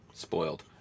Spoiled